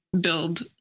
build